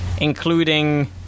including